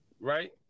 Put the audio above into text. right